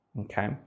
okay